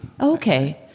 Okay